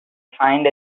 find